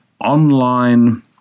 online